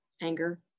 anger